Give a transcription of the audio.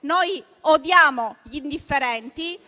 Noi odiamo gli indifferenti.